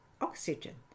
oxygen